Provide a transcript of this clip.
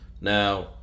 Now